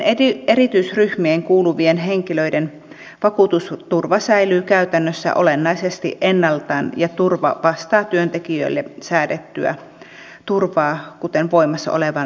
näiden erityisryhmiin kuuluvien henkilöiden vakuutusturva säilyy käytännössä olennaisesti ennallaan ja turva vastaa työntekijöille säädettyä turvaa kuten voimassa olevan lainsäädännönkin nojalla